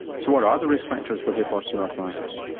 so what are the risk factors for hip osteoarthritis?